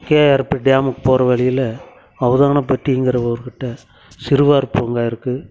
KRP டேமுக்கு போகற வழியில் அவதானப்பட்டிங்கிற ஊருக்கிட்ட சிறுவர் பூங்கா இருக்கு